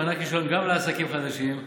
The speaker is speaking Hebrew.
המענק ישולם גם לעסקים חדשים,